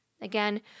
again